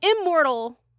immortal